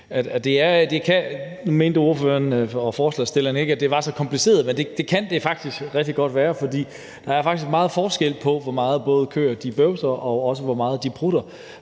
så kompliceret, men det kan det faktisk godt være. For der er rent faktisk meget forskel på, hvor meget køer både bøvser og prutter,